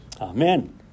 Amen